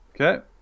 Okay